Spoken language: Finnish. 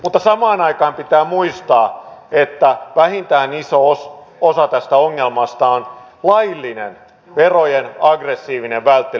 mutta samaan aikaan pitää muistaa että vähintään iso osa tästä ongelmasta on laillinen verojen aggressiivinen välttely